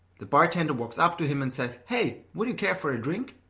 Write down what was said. the bartender walks up to him and says, hey, would you care for a drink?